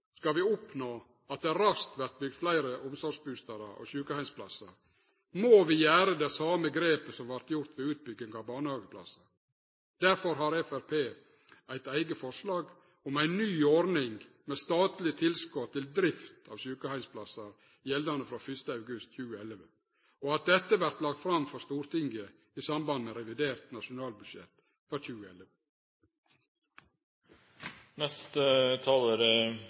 Skal vi oppnå at det raskt vert bygd fleire omsorgsbustader og sjukeheimsplassar, må vi gjere det same grepet som vart gjort ved utbygging av barnehageplassar. Derfor har Framstegspartiet eit eige forslag om ei ny ordning med statlege tilskot til drift av sjukeheimsplassar gjeldande frå 1. august 2011, og dette vert lagt fram for Stortinget i samband med revidert nasjonalbudsjett for 2011. Det var